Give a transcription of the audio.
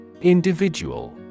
Individual